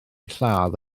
lladd